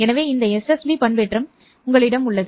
எனவே இந்த SSB பண்பேற்றம் உங்களிடம் உள்ளது